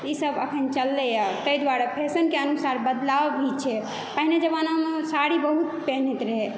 ई सभ एखन चललै यऽ ताहि दुआरे फैशनके अनुसार बदलाव भी छै पहिने जमानामे साड़ी बहुत पीन्हैत रहै